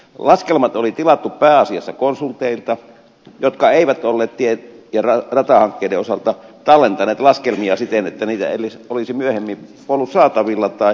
laskelmat oli tilattu pääasiassa konsulteilta jotka eivät olleet tie ja ratahankkeiden osalta tallentaneet laskelmiaan siten että niitä edes olisi myöhemmin ollut saatavilla tai tarkistettavissa